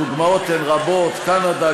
הדוגמאות הן רבות: קנדה,